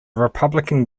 republican